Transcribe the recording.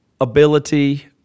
ability